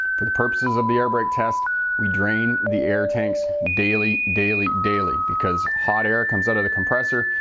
for the purposes of the air brake test we drain the air tanks daily, daily, daily. because hot air comes out of the compressor.